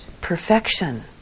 perfection